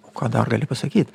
o ką dar gali pasakyt